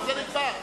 בזה נגמר.